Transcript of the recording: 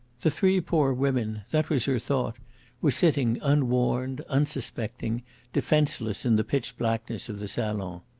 the three poor women that was her thought were sitting unwarned, unsuspecting, defenceless in the pitch-blackness of the salon.